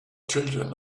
children